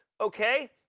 Okay